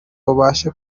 ubashe